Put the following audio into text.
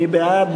מי בעד?